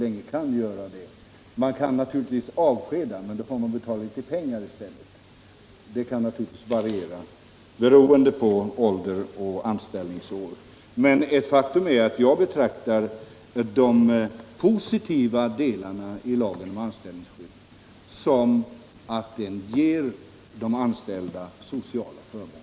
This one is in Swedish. Arbetsköparna kan givetvis avskeda, men då får de betala skadestånd — och beloppets storlek kan variera beroende på ålder och antal anställningsår. Men ett faktum är att jag betraktar de positiva delarna av lagen om anställningsskydd så att de ger de anställda sociala förmåner.